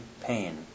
pain